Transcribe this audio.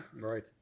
Right